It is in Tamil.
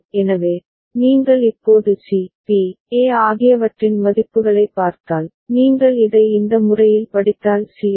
எனவே நீங்கள் இப்போது சி பி ஏ ஆகியவற்றின் மதிப்புகளைப் பார்த்தால் நீங்கள் இதை இந்த முறையில் படித்தால் சி எம்